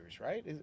right